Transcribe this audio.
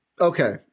Okay